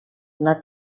not